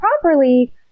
properly